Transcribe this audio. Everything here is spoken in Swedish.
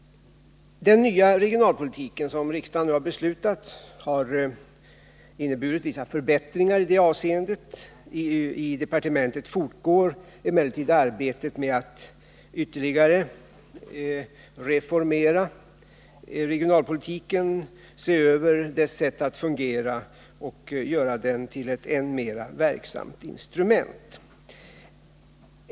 Den nya regionalpolitik som riksdagen har beslutat om har inneburit vissa förbättringar i det avseendet. I departementet fortgår emellertid arbetet med att ytterligare reformera regionalpolitiken, se över dess sätt att fungera och göra den till ett än mer verksamt instrument.